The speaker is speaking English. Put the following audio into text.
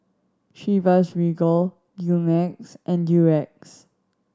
Chivas Regal Dumex and Durex